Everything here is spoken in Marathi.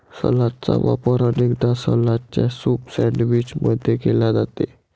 सलादचा वापर अनेकदा सलादच्या सूप सैंडविच मध्ये केला जाते